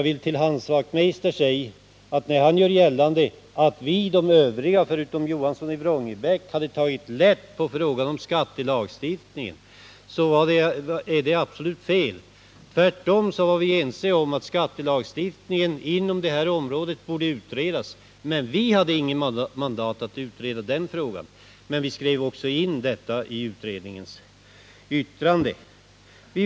När Hans Wachtmeister gör gällande att alla i utredningen utom herr Johansson från Vrångebäck hade tagit lätt på frågan om skattelagstiftningen, vill jag säga att detta är absolut fel. Tvärtom var vi ense om ått skattelagstiftningen inom det här området borde utredas, men jordförvärvsutredningen hade inget mandat att utreda den frågan. Vi skrev emellertid in i utredningens betänkande att skattelagstiftningen på området borde utredas.